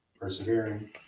persevering